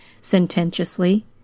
sententiously